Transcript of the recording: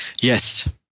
Yes